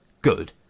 good